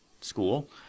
school